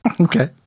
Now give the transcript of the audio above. Okay